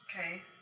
Okay